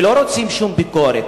ולא רוצים שום ביקורת.